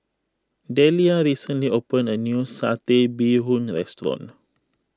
Dellia recently opened a new Satay Bee Hoon restaurant